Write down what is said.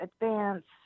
advanced